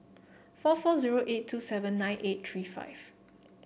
four four zero eight two seven nine eight three five